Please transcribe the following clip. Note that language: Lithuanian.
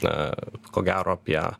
na ko gero apie